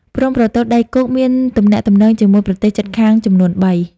ព្រំប្រទល់ដីគោកមានទំនាក់ទំនងជាមួយប្រទេសជិតខាងចំនួនបី។